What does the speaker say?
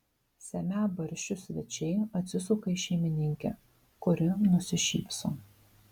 semią barščius svečiai atsisuka į šeimininkę kuri nusišypso